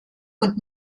und